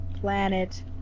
Planet